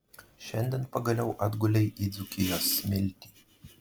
šiandien pagaliau atgulei į dzūkijos smiltį